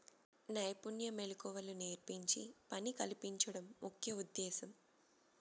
నైపుణ్య మెళకువలు నేర్పించి పని కల్పించడం ముఖ్య ఉద్దేశ్యం